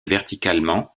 verticalement